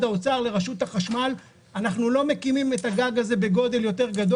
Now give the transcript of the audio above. האוצר ולרשות החשמל: אנחנו לא מקימים את הגג הזה בגודל גדול יותר,